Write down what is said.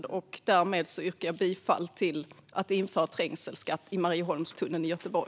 Härmed yrkar jag bifall till förslaget att införa trängselskatt i Marieholmstunneln i Göteborg.